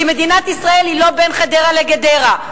כי מדינת ישראל היא לא בין חדרה לגדרה.